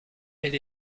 elle